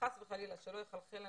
שחס וחלילה לא יחלחל לנו,